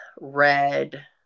red